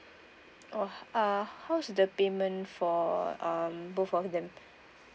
orh uh how's the payment for um both of them